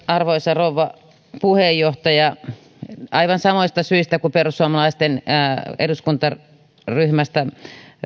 arvoisa rouva puheenjohtaja aivan samoista syistä kuin perussuomalaisten eduskuntaryhmästä